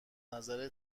نظر